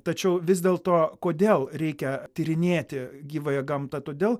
tačiau vis dėlto kodėl reikia tyrinėti gyvąją gamtą todėl